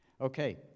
Okay